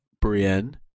Brienne